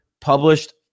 published